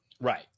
right